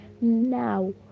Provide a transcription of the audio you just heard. Now